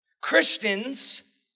Christians